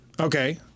Okay